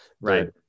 right